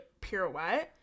pirouette